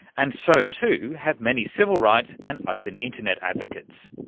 and so too have many civil rights and open internet advocates,